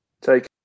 Take